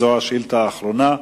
זו השאילתא האחרונה.